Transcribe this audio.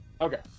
okay